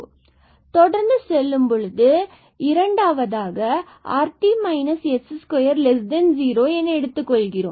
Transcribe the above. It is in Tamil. மேலும் தொடர்ந்து செல்லும்பொழுது இரண்டாவது இதை நாம் rt s20 என எடுத்துக் கொள்கிறோம்